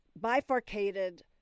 bifurcated